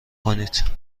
کنید